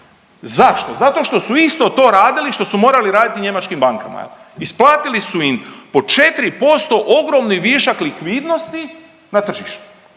Zašto? Zato što su isto to radili, što su morali raditi njemačkim bankama, isplatili su im po 4% ogromni višak likvidnosti na tržištu.